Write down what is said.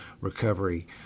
recovery